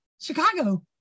Chicago